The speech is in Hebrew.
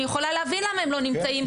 אני יכולה להבין למה הם לא נמצאים,